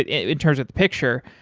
in terms of the picture,